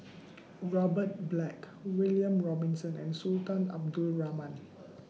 Robert Black William Robinson and Sultan Abdul Rahman